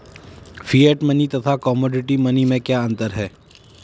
Fiat money तथा commodity money में क्या अंतर है?